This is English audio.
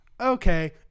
Okay